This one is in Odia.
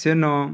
ତେଣୁ